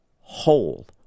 whole